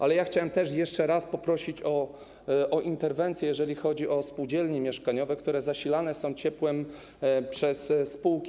Ale chciałem też jeszcze raz poprosić o interwencję, jeżeli chodzi o spółdzielnie mieszkaniowe, które zasilane są ciepłem przez spółki.